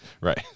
Right